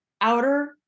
outer